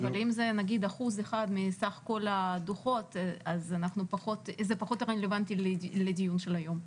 אבל אם זה נגיד 1% מסך כל הדוחות אז זה פחות רלוונטי לדיון של היום.